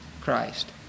Christ